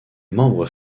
membres